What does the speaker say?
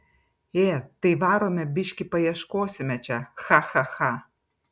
ė tai varome biškį paieškosime čia cha cha cha